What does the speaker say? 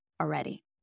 already